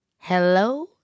Hello